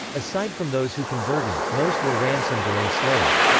aside from those who converted, most were ransomed or enslaved.